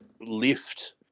lift